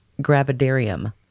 gravidarium